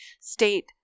state